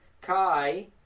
kai